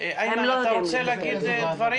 אתה רוצה להגיד דברים?